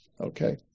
Okay